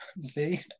see